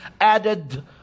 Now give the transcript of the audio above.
added